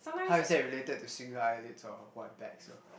how is that related to single eyelid or wide backs or